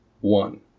one